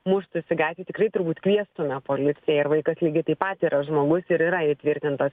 muštųsi gatvėj tikrai turbūt kviestume policiją ir vaikas lygiai taip pat yra žmogus ir yra įtvirtintos